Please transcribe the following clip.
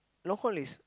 long haul is